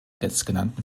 letztgenannten